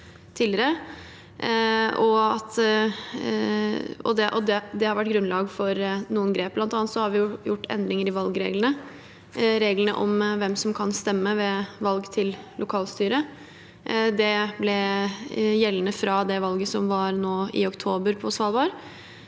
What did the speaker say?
det har vært grunnlaget for noen grep som er tatt. Vi har bl.a. gjort endringer i valgreglene – reglene om hvem som kan stemme ved valg til lokalstyret. Det ble gjeldende fra det valget som var i oktober i år på Svalbard.